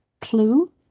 clue